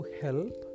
help